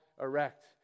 erect